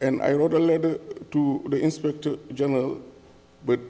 and i wrote a letter to the inspector general but